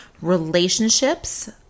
Relationships